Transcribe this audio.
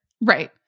Right